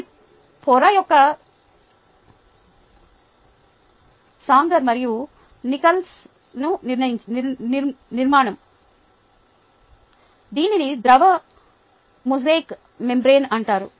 ఇది పొర యొక్క సాంగర్ మరియు నికల్సన్ నిర్మాణం దీనిని ద్రవ మొజాయిక్ మెంబ్రేన్ అంటారు